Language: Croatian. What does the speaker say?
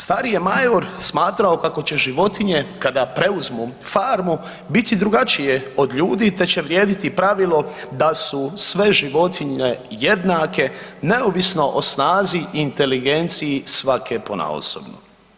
Stari je Major smatrao kako će životinje kada preuzmu farmu biti drugačije od ljudi te će vrijediti pravilo da su sve životinje jednake, neovisno o snazi i inteligenciji svake ponaosobno.